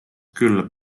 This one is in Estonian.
küll